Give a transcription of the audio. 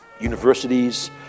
universities